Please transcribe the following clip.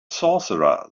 sorcerer